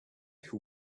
who